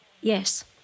Yes